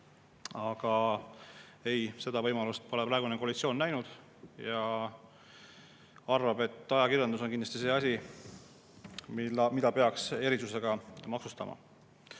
Aga ei, seda võimalust pole praegune koalitsioon näinud, ja arvab, et ajakirjandus on kindlasti see asi, mida peaks erisusega maksustama.